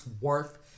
worth